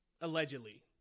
allegedly